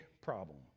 problem